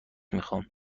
میخام